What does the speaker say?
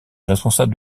responsable